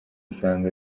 usanga